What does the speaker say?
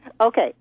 Okay